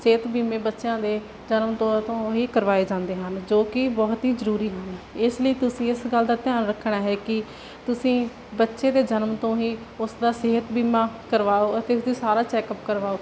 ਸਿਹਤ ਬੀਮੇ ਬੱਚਿਆਂ ਦੇ ਜਨਮ ਤੋਂ ਤੋਂ ਹੀ ਕਰਵਾਏ ਜਾਂਦੇ ਹਨ ਜੋ ਕਿ ਬਹੁਤ ਹੀ ਜ਼ਰੂਰੀ ਹਨ ਇਸ ਲਈ ਤੁਸੀਂ ਇਸ ਗੱਲ ਦਾ ਧਿਆਨ ਰੱਖਣਾ ਹੈ ਕਿ ਤੁਸੀਂ ਬੱਚੇ ਦੇ ਜਨਮ ਤੋਂ ਹੀ ਉਸਦਾ ਸਿਹਤ ਬੀਮਾ ਕਰਵਾਓ ਅਤੇ ਉਸਦਾ ਸਾਰਾ ਚੈੱਕਅਪ ਕਰਵਾਓ